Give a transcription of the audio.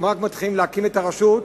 אם רק מתחילים להקים את הרשות,